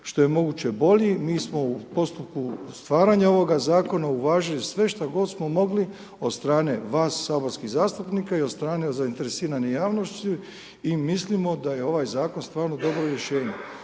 što je moguće bolji, mi smo u postupku staranja ovoga zakona uvažili sve šta god smo mogli od strane vas saborskih zastupnika i od strane zainteresirane javnosti i mislimo da je ovaj zakon stvarno dobro rješenje.